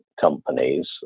companies